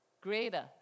Greater